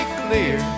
clear